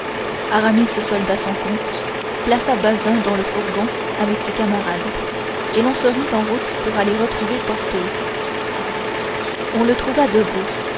aramis solda son compte plaça bazin dans le fourgon avec ses camarades et l'on se mit en route pour aller retrouver porthos on le trouva debout